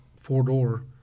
four-door